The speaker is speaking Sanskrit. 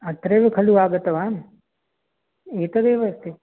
अत्रैव खलु आगतवान् एतदेव अस्ति